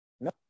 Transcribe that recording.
No